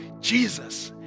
Jesus